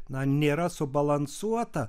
na nėra subalansuota